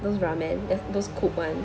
those ramen those those cook [one]